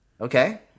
Okay